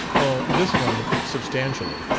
oh, this one, substantially.